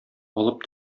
алып